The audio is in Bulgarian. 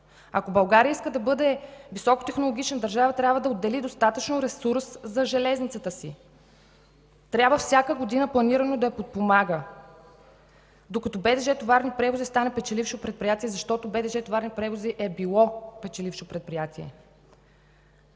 Ако България иска да бъде високо технологична държава, трябва да отдели достатъчно ресурс за железницата си. Трябва всяка година планирано да я подпомага, докато БДЖ „Товарни превози” стане печелившо предприятие, защото БДЖ „Товарни превози” е било печелившо предприятие.